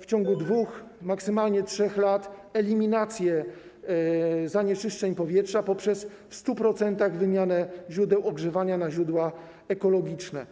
w ciągu 2, maksymalnie 3 lat eliminację zanieczyszczeń powietrza poprzez w 100% wymianę źródeł ogrzewania na źródła ekologiczne.